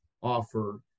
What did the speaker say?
offer